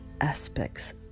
aspects